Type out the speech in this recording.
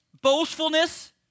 boastfulness